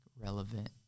relevant